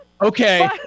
Okay